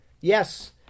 Yes